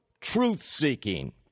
truth-seeking